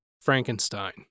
Frankenstein